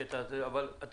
אז אנטאנס, אתה